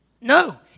No